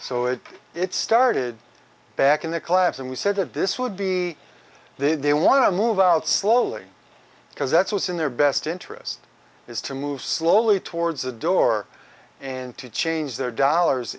so if it started back in the collapse and we said that this would be then they want to move out slowly because that's what's in their best interest is to move slowly towards the door and to change their dollars